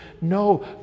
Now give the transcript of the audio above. No